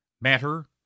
matter